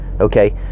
Okay